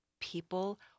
people